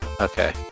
okay